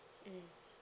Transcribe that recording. mmhmm